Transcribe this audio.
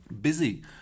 Busy